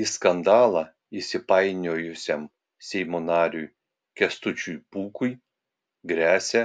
į skandalą įsipainiojusiam seimo nariui kęstučiui pūkui gresia